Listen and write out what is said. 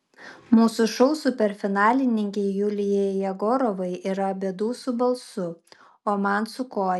mūsų šou superfinalininkei julijai jegorovai yra bėdų su balsu o man su koja